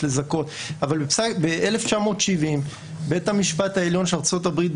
לזכות אבל ב-1970 בית המשפט העליון של ארצות הברית,